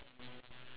you're hungry